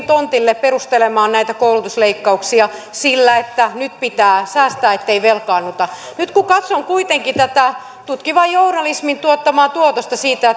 tontille perustelemaan näitä koulutusleikkauksia että nyt pitää säästää ettei velkaannuta nyt kun katson kuitenkin tätä tutkivan journalismin tuottavaa tuotosta siitä